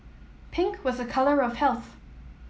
pink was a colour of health